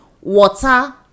Water